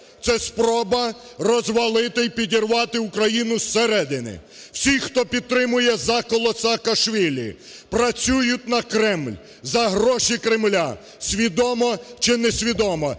це спроба розвалити і підірвати Україну зсередини. Всі, хто підтримує заколот Саакашвілі, працюють на Кремль, за гроші Кремля, свідомо чи несвідомо,